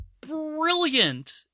brilliant